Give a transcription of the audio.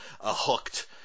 hooked